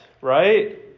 right